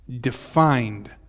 defined